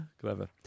Clever